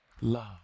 Love